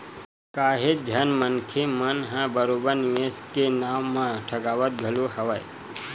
काहेच झन मनखे मन ह बरोबर निवेस के नाव म ठगावत घलो हवय